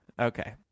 okay